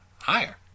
Higher